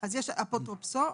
אפוטרופסו,